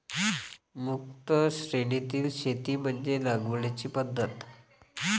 मुक्त श्रेणीतील शेती म्हणजे लागवडीची पद्धत